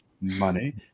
money